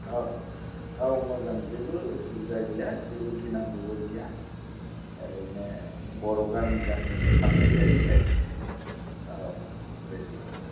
औ मोजां जेबो उसुबिदा गैया जेबो गिनांगौबो गैया ओरैनो बर' गामि गामि हाबनाय जाहैबाय औ बेफोर बायदि